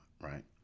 right